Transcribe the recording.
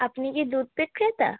আপনি কি দুধ বিক্রেতা